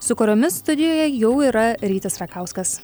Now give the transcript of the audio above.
su kuriomis studijoje jau yra rytis rakauskas